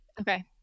Okay